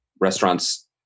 restaurants